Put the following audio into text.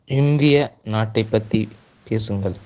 இந்திய நாட்டைப் பற்றி பேசுங்கள்